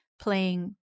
playing